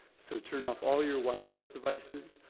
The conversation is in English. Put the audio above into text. so turn off all your wireless devices,